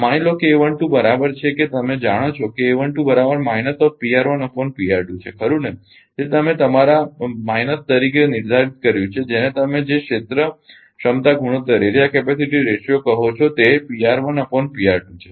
માની લો કે બરાબર છે કે તમે જાણો છો કે છે ખરુ ને જે અમે તમારા બાદબાકી તરીકે નિર્ધારિત કર્યું છે જેને તમે જે ક્ષેત્ર ક્ષમતા ગુણોત્તર કહો છો તે છે